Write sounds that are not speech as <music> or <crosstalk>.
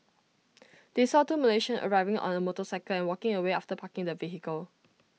<noise> they saw two Malaysians arriving on A motorcycle and walking away after parking the vehicle